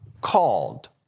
called